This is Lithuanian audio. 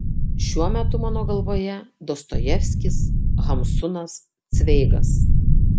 šiuo metu mano galvoje dostojevskis hamsunas cveigas